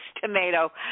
tomato